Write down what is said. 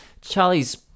Charlie's